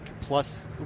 plus